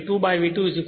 તેથી V1 V2V2 k